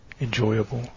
enjoyable